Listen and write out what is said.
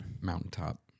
mountaintop